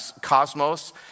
Cosmos